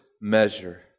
measure